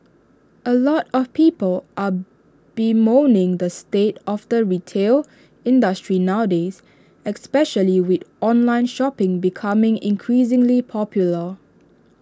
A lot of people are bemoaning the state of the retail industry nowadays especially with online shopping becoming increasingly popular